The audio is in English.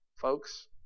folks